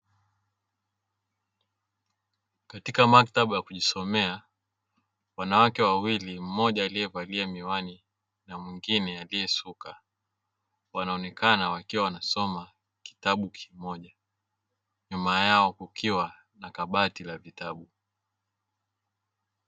Katika maktaba ya kujisomea wanawake wawili mmoja aliyevalia miwani na mwingine aliyesuka, wanaonekana wakiwa wanasoma kitabu kimoja; nyuma yao kukiwa na kabati la vitabu.